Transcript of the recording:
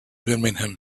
birmingham